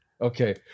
Okay